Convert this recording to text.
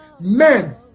men